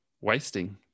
wasting